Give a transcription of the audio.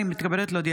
אני מתכבדת להודיעכם,